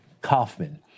Kaufman